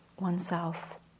oneself